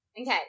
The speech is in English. Okay